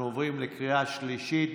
אנחנו עוברים לקריאה השלישית.